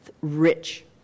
rich